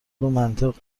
منطق